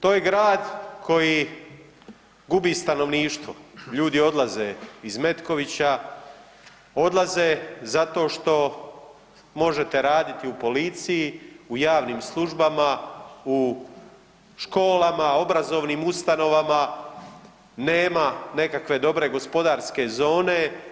To je grad koji gubi stanovništvo, ljudi odlaze iz Metkovića, odlaze zato što možete raditi u policiji, u javnim službama, u školama, obrazovnim ustanovama, nema nekakve dobre gospodarske zone.